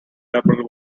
double